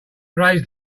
raised